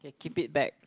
they keep it back